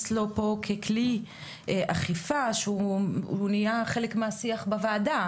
לו פה ככלי אכיפה שהוא נהיה חלק מהשיח בוועדה.